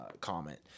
comment